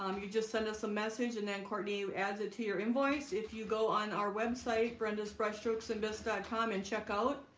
um you just send us a message and then kourtney adds it to your invoice. if you go on our website brendasbrushstrokesandbisque dot com and check out